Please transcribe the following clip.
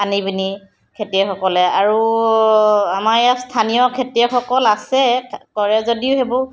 আনি পিনি খেতিয়কসকলে আৰু আমাৰ ইয়াত স্থানীয় খেতিয়কসকল আছে কৰে যদিও সেইবোৰ